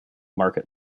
market